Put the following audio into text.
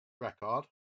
record